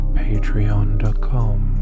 patreon.com